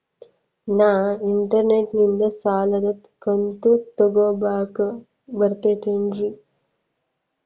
ನಾ ಇಂಟರ್ನೆಟ್ ನಿಂದ ಸಾಲದ ಕಂತು ತುಂಬಾಕ್ ಬರತೈತೇನ್ರೇ?